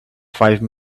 five